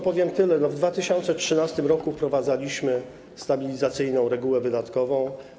Powiem tylko tyle, że w 2013 r. wprowadzaliśmy stabilizacyjną regułę wydatkową.